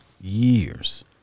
years